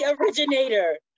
originator